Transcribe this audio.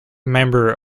member